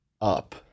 up